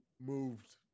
moved